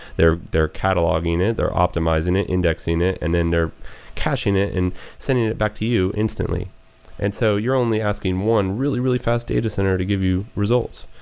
they're they're cataloguing it, they're optimizing it, indexing it, and then they're caching it and sending it back to you instantly and so you're only asking one really, really fast data center to give you results.